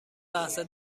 لحظه